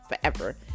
forever